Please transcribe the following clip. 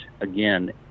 again